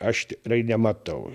aš tikrai nematau